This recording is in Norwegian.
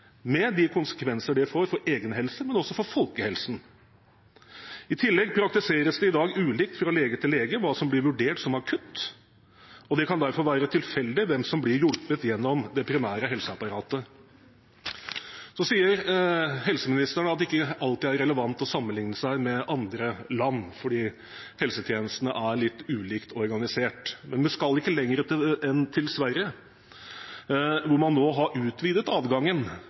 med de konsekvenser det får for egen helse, men også for folkehelsen. I tillegg praktiseres det i dag ulikt fra lege til lege hva som blir vurdert som akutt, og det kan derfor være tilfeldig hvem som blir hjulpet gjennom det primære helseapparatet. Helseministeren sier at det ikke alltid er relevant å sammenligne seg med andre land fordi helsetjenestene er litt ulikt organisert, men man skal ikke lenger enn til Sverige, hvor man nå har utvidet adgangen